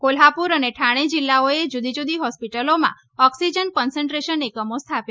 કોલ્હાપુર અને ઠાણે જિલ્લાઓએ જુદી જુદી હોસ્પિટલોમાં ઓક્સિજન કોન્સન્ટ્રેશન એકમો સ્થાપ્યા છે